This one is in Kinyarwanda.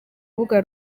rubuga